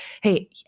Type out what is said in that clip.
hey